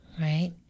Right